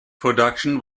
production